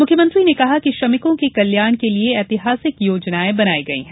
मुख्यमंत्री ने कहा कि श्रमिकों के कल्याण के लिये ऐतिहासिक योजनायें बनाई गयी हैं